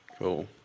Cool